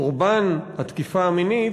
קורבן התקיפה המינית,